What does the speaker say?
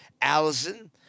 Allison